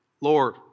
Lord